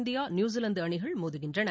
India New Zealand அணிகள் மோதுகின்றன